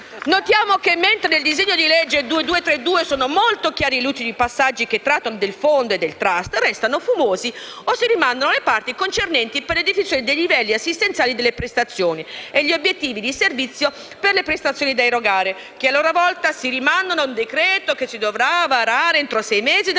Notiamo che, mentre nel disegno di legge n. 2232 sono molto lucidi i passaggi che trattano del fondo e del *trust*, restano fumose o si rimandano le parti concernenti la definizione dei livelli assistenziali delle prestazioni e gli obiettivi di servizio per le prestazioni da erogare che, a loro volta, si rimandano a un decreto che si dovrà varare entro sei mesi dall'entrata